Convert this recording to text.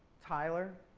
tyler.